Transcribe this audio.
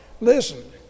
listen